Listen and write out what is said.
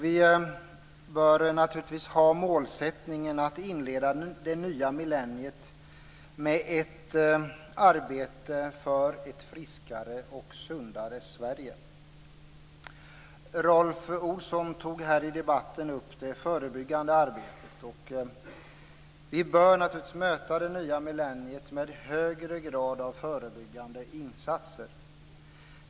Vi bör ha målsättningen att inleda det nya millenniet med ett arbete för ett friskare och sundare Sverige. Rolf Olsson tog i debatten upp det förebyggande arbetet. Vi bör möta det nya millenniet med högre grad av förebyggande insatser.